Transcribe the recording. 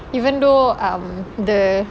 even though um the